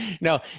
No